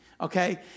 Okay